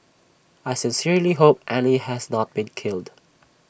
I sincerely hope Annie has not been killed